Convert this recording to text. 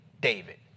David